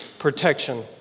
Protection